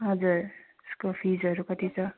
हजुर त्यसको फिजहरू कति छ